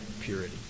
purity